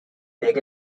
big